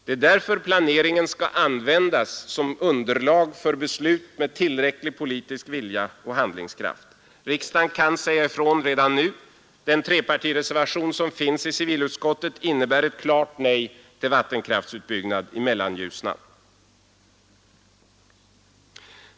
Det är därför planeringen skall användas som underlag för beslut med tillräcklig politisk vilja och handlingskraft. Riksdagen kan säga ifrån redan nu. Den trepartireservation som fogats vid civilutskottets betänkande innebär ett klart nej till vattenkraftsutbyggnad i Mellanljusnan.